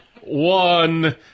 one